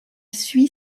suit